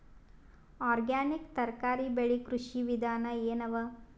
Organic ತರಕಾರಿ ಬೆಳಿ ಕೃಷಿ ವಿಧಾನ ಎನವ?